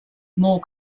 more